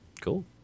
cool